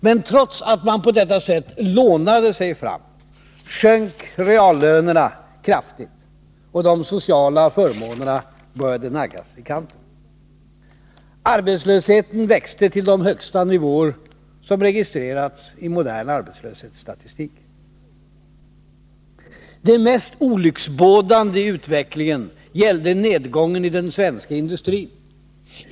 Men trots att man på detta sätt lånade sig fram, sjönk reallönerna kraftigt och de sociala förmånerna började naggas i kanten. Arbetslösheten växte till de högsta nivåer som registrerats i modern arbetslöshetsstatistik. Det mest olycksbådande i utvecklingen gällde nedgången i den svenska industrin.